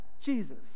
jesus